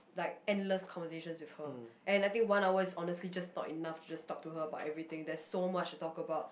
like endless conversation with her and I think one hour is honestly just not enough just talk to her about everything there's so much to talk about